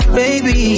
baby